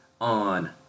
on